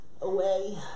away